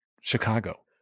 Chicago